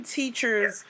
teachers